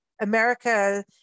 America